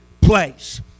place